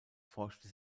forschte